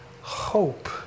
hope